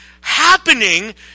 happening